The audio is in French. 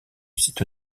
site